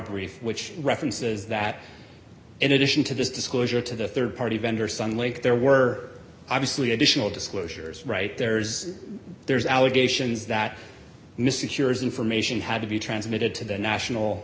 brief which references that in addition to this disclosure to the rd party vendor sun link there were obviously additional disclosures right there's there's allegations that mistake yours information had to be transmitted to the national